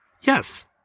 Yes